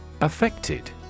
Affected